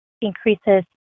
increases